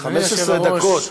15 דקות,